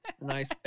Nice